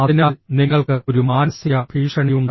അതിനാൽ നിങ്ങൾക്ക് ഒരു മാനസിക ഭീഷണിയുണ്ട്